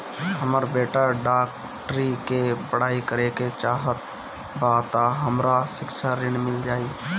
हमर बेटा डाक्टरी के पढ़ाई करेके चाहत बा त हमरा शिक्षा ऋण मिल जाई?